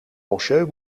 monsieur